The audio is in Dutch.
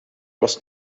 was